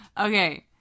Okay